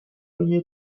мені